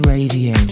Radio